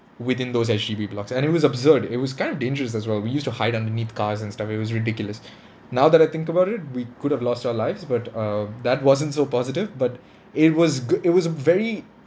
within those H_D_B blocks and it was absurd it was kind of dangerous as well we used to hide underneath cars and stuff it was ridiculous now that I think about it we could have lost our lives but uh that wasn't so positive but it was good it was very